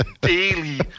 daily